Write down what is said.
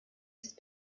ist